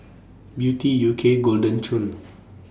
Beauty U K Golden Churn